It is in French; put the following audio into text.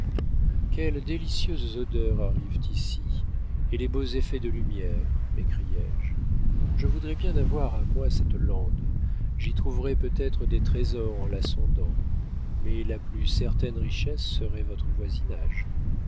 quelles délicieuses odeurs arrivent ici et les beaux effets de lumière m'écriai-je je voudrais bien avoir à moi cette lande j'y trouverais peut-être des trésors en la sondant mais la plus certaine richesse serait votre voisinage